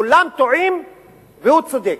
כולם טועים והוא צודק.